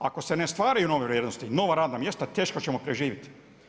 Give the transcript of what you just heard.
Ako se ne stvarju nove vrijednosti, nova radna mjesta, teško ćemo preživjeti.